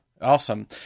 Awesome